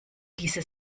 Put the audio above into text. diese